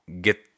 get –